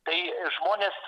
tai žmonės